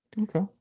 Okay